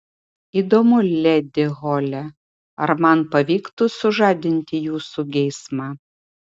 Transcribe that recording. įdomu ledi hole ar man pavyktų sužadinti jūsų geismą